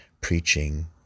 preaching